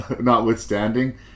notwithstanding